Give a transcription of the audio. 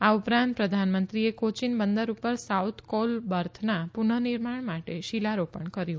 આ ઉપરાંત પ્રધાનમંત્રીએ કોચીન બંદર પર સાઉથ કોલ બર્થના પુનઃ નિર્માણ માટે શિલારોપણ કર્યુ